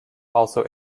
also